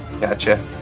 Gotcha